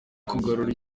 kugarura